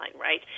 right